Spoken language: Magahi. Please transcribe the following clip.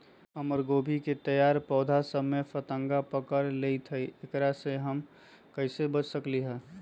हमर गोभी के तैयार पौधा सब में फतंगा पकड़ लेई थई एकरा से हम कईसे बच सकली है?